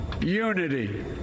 Unity